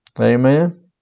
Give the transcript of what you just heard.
amen